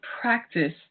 practice